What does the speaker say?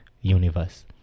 universe